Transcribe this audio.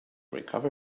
recover